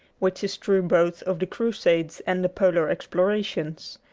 which is true both of the crusades and the polar explorations.